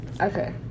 Okay